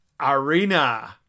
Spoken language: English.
Arena